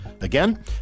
Again